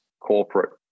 corporate